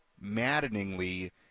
maddeningly